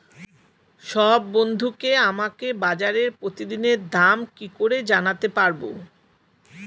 সব বন্ধুকে আমাকে বাজারের প্রতিদিনের দাম কি করে জানাতে পারবো?